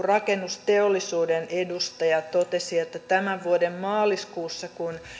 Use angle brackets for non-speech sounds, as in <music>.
<unintelligible> rakennusteollisuuden edustaja totesi että tämän vuoden maaliskuussa kun